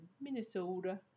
Minnesota